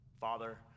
Father